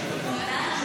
כנסת